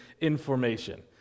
information